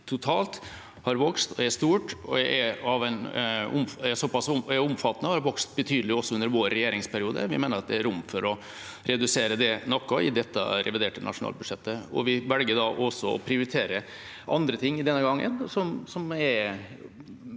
totalt har vokst. Det er stort og omfattende og har vokst betydelig også under vår regjeringsperiode. Vi mener det er rom for å redusere det noe i dette reviderte nasjonalbudsjettet. Vi velger å prioritere andre ting denne gangen, som er